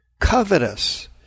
covetous